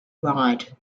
ride